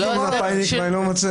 הם פשוט מכחישים.